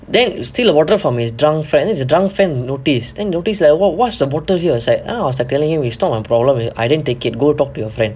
then you steal the botle from his drunk friends then his drunk friend noticed then notice like what what's the bottle here then I was like telling him it's not my problem I didn't take it go talk to your friend